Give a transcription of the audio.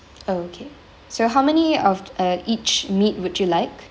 okay so how many of uh each meat would you like